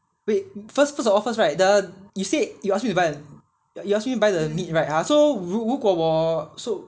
wait first of all first right the you said you ask me buy you ask me buy the meat right ah so 如果我 so